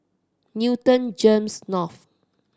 Newton GEMS North